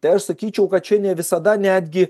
tai aš sakyčiau kad čia ne visada netgi